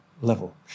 level